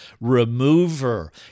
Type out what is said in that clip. remover